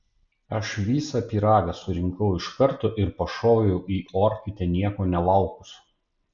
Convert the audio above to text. aš visą pyragą surinkau iš karto ir pašoviau į orkaitę nieko nelaukus